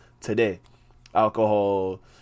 today—alcohol